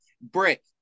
brick